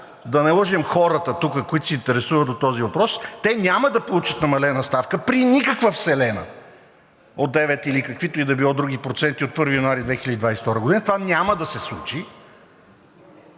Да не лъжем хората тук, които се интересуват от този въпрос, те няма да получат намалена ставка при никаква вселена от 9 или каквито и да били други проценти от 1 януари 2022 г., това няма да се случи!